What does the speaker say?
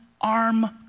arm